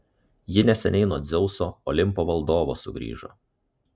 ji neseniai nuo dzeuso olimpo valdovo sugrįžo